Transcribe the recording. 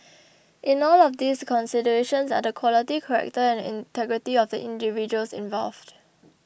in all of these the considerations are the quality character and integrity of the individuals involved